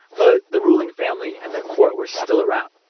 but the ruling family and their court were still around.